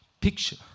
picture